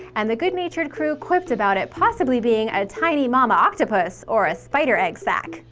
and the good-natured crew quipped about it possibly being a tiny momma octopus or a spider egg sac.